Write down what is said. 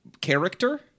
character